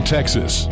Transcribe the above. Texas